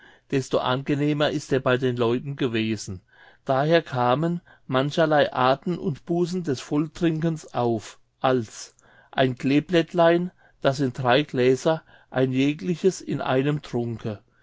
desto angenehmer ist er bei den leuten gewesen daher kamen mancherlei arten und bußen des volltrinkens auf als ein kleeblättlein das sind drei gläser ein jegliches in einem trunke